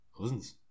cousins